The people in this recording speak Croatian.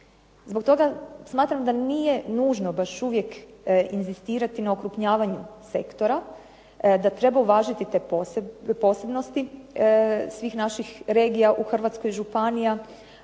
Zbog toga smatram da nije nužno baš uvijek inzistirati na okrupnjavanju sektora, da treba uvažiti te posebnosti svih naših regija u Hrvatskoj, županija